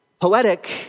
poetic